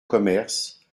commerce